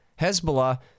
Hezbollah